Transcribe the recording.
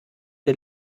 der